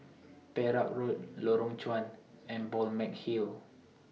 Perak Road Lorong Chuan and Balmeg Hill